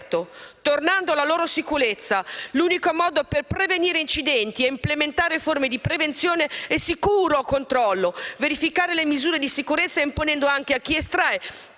aperto. Tornando alla loro sicurezza, l'unico modo per prevenire incidenti e implementare forme di prevenzione e sicuro controllo è verificare le misure di sicurezza, imponendo anche a chi estrae